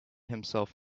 himself